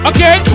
Okay